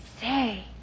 Say